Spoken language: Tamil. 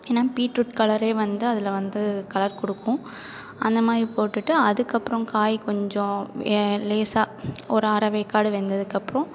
ஏன்னா பீட்ரூட் கலர் வந்து அதில் வந்து கலர் கொடுக்கும் அந்த மாதிரி போட்டுட்டு அதுக்கப்புறம் காய் கொஞ்சம் ஏ லேசா ஒரு அரவேக்காடு வெந்ததுக்கப்பறம்